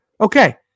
Okay